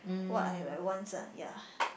what I I wants ah ya